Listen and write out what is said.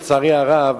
לצערי הרב,